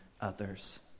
others